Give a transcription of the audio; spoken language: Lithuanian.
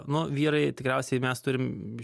nu vyrai tikriausiai mes turim